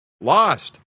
Lost